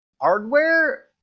hardware